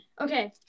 Okay